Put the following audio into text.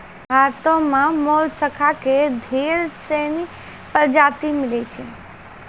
भारतो में मोलसका के ढेर सिनी परजाती मिलै छै